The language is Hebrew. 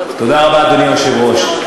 אדוני היושב-ראש,